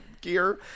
gear